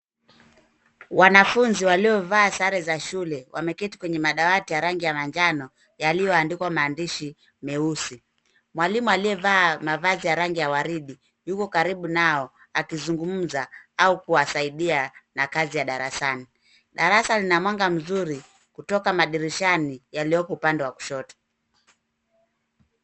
Wanafunzi waliovaa sare za shule wameketi kwenye madawati ya rangi ya manjano yaliyoandikwa maandishi meusi. Mwalimu aliyevaa mavazi ya rangi ya waridi yuko karibu nao akizungumza au kuwasaidia na kazi ya darasani. Darasa lina mwanga mzuri kutoka madirishani yaliyo upande wa kushoto.